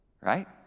right